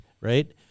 right